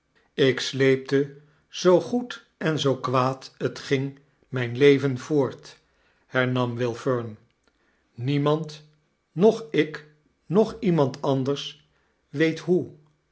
ik sleepte zoo goed en zoo kwaad t ging mijn leven voort hernam will fem niemand noch ik noch iemand anders weet hoe